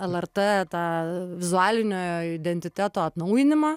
lrt tą vizualinio identiteto atnaujinimą